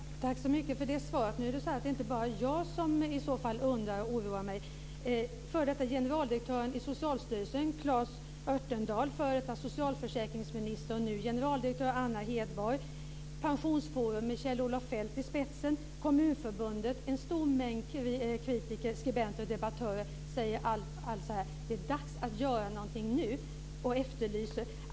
Fru talman! Tack så mycket för det svaret. Nu är det inte bara jag som undrar och oroar mig. Före detta generaldirektören i Socialstyrelsen, Claes Örtendahl, före detta socialförsäkringsministern och nu generaldirektören, Anna Hedborg, Pensionsforum med Kjell Olof Feldt i spetsen, Kommunförbundet - en stor mängd kritiker, skribenter och debattörer säger: Det är dags att göra någonting nu.